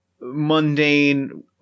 mundane